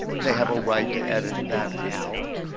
they have a right to edit that out.